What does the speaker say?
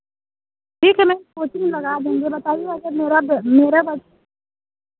ठीक है मैं कोचिंग लगा देंगे बताईए अगर मेरा बे मेरा